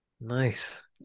Nice